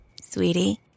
Sweetie